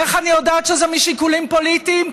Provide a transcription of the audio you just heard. איך אני יודעת שזה משיקולים פוליטיים?